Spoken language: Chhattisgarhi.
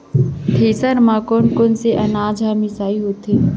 थ्रेसर म कोन कोन से अनाज के मिसाई होथे?